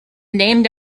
named